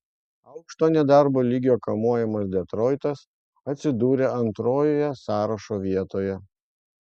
aukšto nedarbo lygio kamuojamas detroitas atsidūrė antrojoje sąrašo vietoje